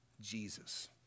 Jesus